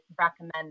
recommend